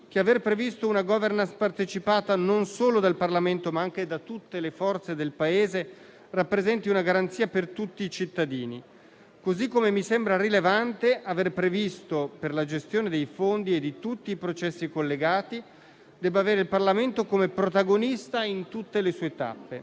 che aver previsto una *governance* partecipata, non solo dal Parlamento, ma anche da tutte le forze del Paese, rappresenti una garanzia per tutti i cittadini. Parimenti, mi sembra rilevante avere previsto che la gestione dei fondi e di tutti i processi collegati abbia il Parlamento come protagonista in tutte le sue tappe.